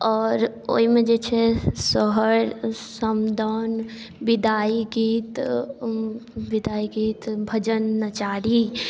आओर ओहिमे जे छै सोहर समदाउन विदाइ गीत विदाइ गीत भजन नचारी